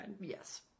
Yes